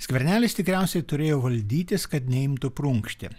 skvernelis tikriausiai turėjo valdytis kad neimtų prunkšti